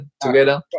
together